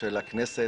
ולכנסת